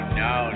no